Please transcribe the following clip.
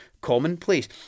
commonplace